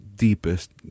deepest